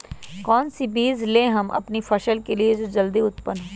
कौन सी बीज ले हम अपनी फसल के लिए जो जल्दी उत्पन हो?